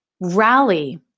rally